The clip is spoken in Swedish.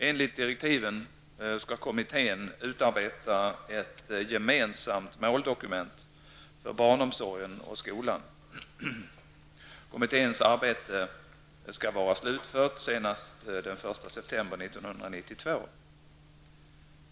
Enligt direktiven skall kommittén utarbeta ett gemensamt måldokument för barnomsorgen och skolan. Kommitténs arbete skall vara slutfört senast den 1 september 1992.